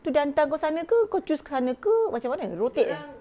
tu dia hantar kau sana ke kau choose sana ke macam mana rotate eh